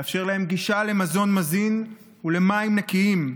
לאפשר להם גישה למזון מזין ולמים נקיים,